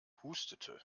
hustete